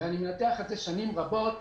ואני מנתח את זה שנים רבות,